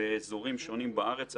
באזורים שונים בארץ.